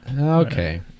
Okay